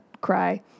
cry